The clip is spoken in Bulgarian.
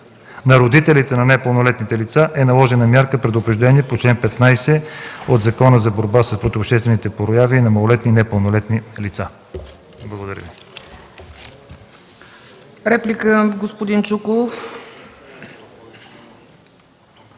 На родителите на непълнолетните лица е наложена мярка – предупреждение по чл. 15 от Закона за борба с противообществените прояви на малолетни и непълнолетни лица. Благодаря Ви.